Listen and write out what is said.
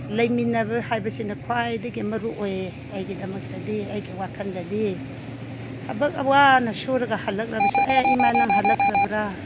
ꯂꯩꯃꯤꯟꯅꯕ ꯍꯥꯏꯕꯁꯤꯅ ꯈ꯭ꯋꯥꯏꯗꯒꯤ ꯃꯔꯨ ꯑꯣꯏꯌꯦ ꯑꯩꯒꯤꯗꯃꯛꯇꯗꯤ ꯑꯩꯒꯤ ꯋꯥꯈꯜꯗꯗꯤ ꯊꯕꯛ ꯋꯥꯅ ꯁꯨꯔꯒ ꯍꯜꯂꯛꯂꯕꯁꯨ ꯑꯦ ꯏꯃꯥ ꯅꯪ ꯍꯜꯂꯛꯈ꯭ꯔꯕꯔꯥ